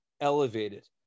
elevated